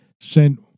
sent